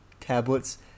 tablets